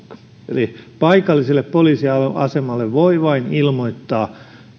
eli paikalliselle poliisiasemalle voi vain ilmoittaa